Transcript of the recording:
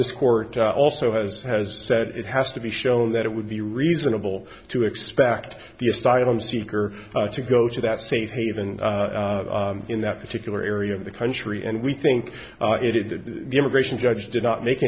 this court also has said it has to be shown that it would be reasonable to expect the asylum seeker to go to that safe haven in that particular area of the country and we think it is the immigration judge did not make